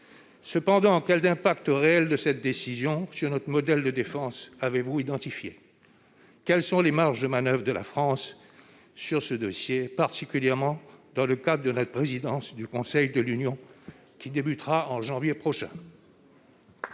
Cependant, les impacts réels de cette décision sur notre modèle de défense ont-ils été identifiés ? Quelles sont les marges de manoeuvre de la France sur ce dossier, en particulier dans le cadre de la présidence du Conseil de l'Union qui débutera au mois de janvier prochain ?